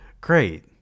great